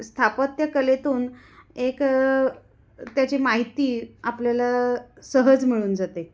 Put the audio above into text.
स्थापत्य कलेतून एक त्याची माहिती आपल्याला सहज मिळून जाते